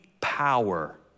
power